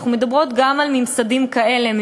אנחנו מדברות גם על ממסדים כאלה,